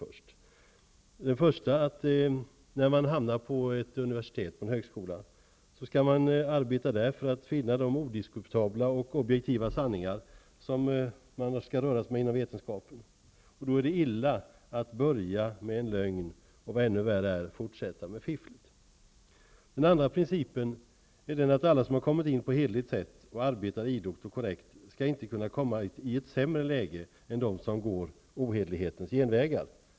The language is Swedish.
För det första: När en student börjar på ett universitet eller en högskola skall denne arbeta för att finna de odiskutabla och objektiva sanningarna, som man önskar röra sig med inom vetenskapen. Då är det illa att börja med en lögn. Ännu värre är att forsätta med fifflet. För det andra: Alla de som har antagits på ett hederligt sätt och arbetar idogt och korrekt skall inte komma i ett sämre läge än de som går ohederlighetens genvägar.